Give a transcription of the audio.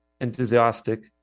enthusiastic